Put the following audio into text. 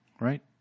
right